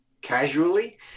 casually